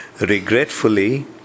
Regretfully